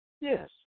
Yes